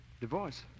Divorce